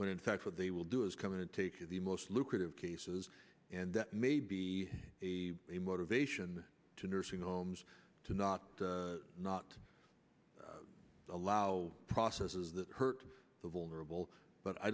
when in fact what they will do is come in and take the most lucrative cases and that may be a motivation to nursing homes to not not allow processes that hurt the vulnerable but i